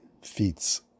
feats